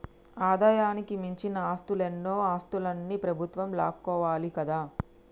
ఆదాయానికి మించిన ఆస్తులన్నో ఆస్తులన్ని ప్రభుత్వం లాక్కోవాలి కదా